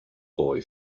boy